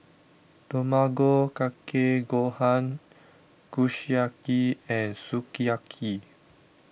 Tamago Kake Gohan Kushiyaki and Sukiyaki